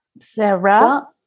Sarah